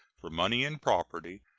for money and property,